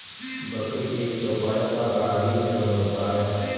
बकरी एक चौपाया शाकाहारी जानवर होता है